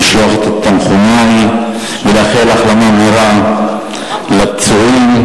לשלוח תנחומי ולאחל החלמה מהירה לפצועים.